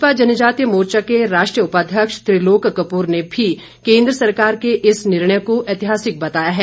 भाजपा जनजातीय मोर्चा के राष्ट्रीय उपाध्यक्ष त्रिलोक कपूर ने भी केंद्र सरकार के इस निर्णय को ऐतिहासिक बताया है